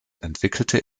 entwickelte